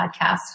podcast